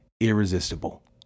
irresistible